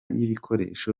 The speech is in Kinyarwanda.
y’ibikoresho